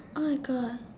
I have ah